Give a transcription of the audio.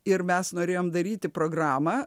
ir mes norėjom daryti programą